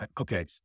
Okay